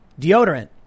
Deodorant